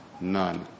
None